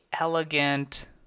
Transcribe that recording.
elegant